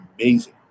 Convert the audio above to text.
amazing